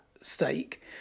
stake